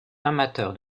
amateur